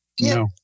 No